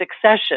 succession